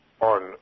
on